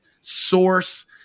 source